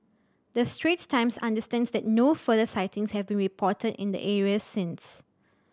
the Straits Times understands that no further sightings have been reported in the areas since